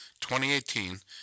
2018